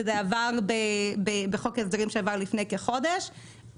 שעבר בחוק ההסדרים לפני כחודש,